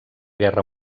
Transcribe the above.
guerra